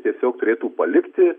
tiesiog turėtų palikti